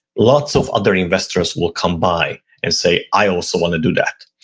lots of other investors will come by and say i also want to do that.